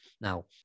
Now